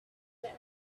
and